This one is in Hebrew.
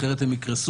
אחרת הן יקרסו,